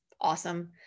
Awesome